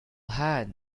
hand